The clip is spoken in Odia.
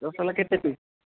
ରସଗୋଲା କେତେ ପିସ୍